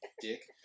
dick